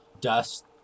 dust